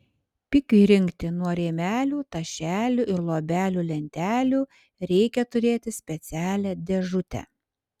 pikiui rinkti nuo rėmelių tašelių ir luobelių lentelių reikia turėti specialią dėžutę